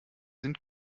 sind